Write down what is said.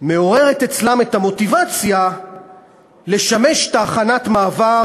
מעוררת אצלן את המוטיבציה לשמש תחנת מעבר